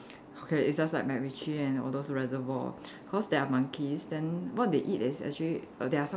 okay it's just like MacRitchie and all those reservoir cause there are monkeys then what they eat is actually err there are some